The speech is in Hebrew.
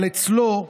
אבל אצלו,